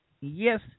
yes